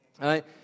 right